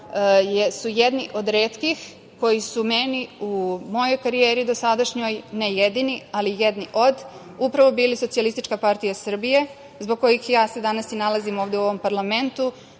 su jedni od retkih koji su meni u mojoj karijeri dosadašnjoj, ne jedini, ali jedni od, upravo bili SPS, zbog kojih se ja danas i nalazim ovde u ovom parlamentu,